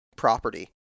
property